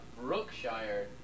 Brookshire